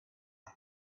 him